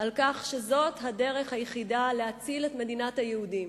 על כך שזאת הדרך היחידה להציל את מדינת היהודים,